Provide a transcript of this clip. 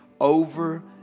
over